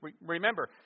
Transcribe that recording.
remember